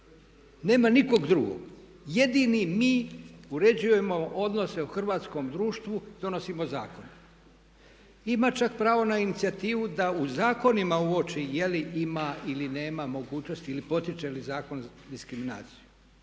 Nema nikog drugog. Jedini mi uređujemo odnose u hrvatskom društvu i donosimo zakone. Ima čak pravo na inicijativu da u zakonima uoči je li ima ili nema mogućnosti ili potiče li zakon diskriminaciju.